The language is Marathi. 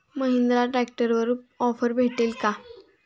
महिंद्रा ट्रॅक्टरवर ऑफर भेटेल का?